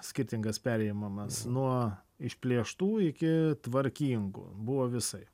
skirtingas perėmimas nuo išplėštų iki tvarkingų buvo visaip